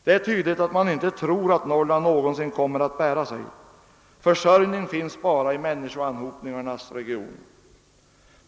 Det är tydligt att man inte tror att Norrland någonsin kommer att bära sig. Försörjning finns bara i människoanhopningarnas region.